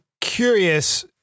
curious